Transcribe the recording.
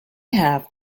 have